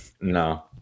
No